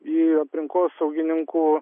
į aplinkosaugininkų